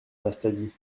anastasie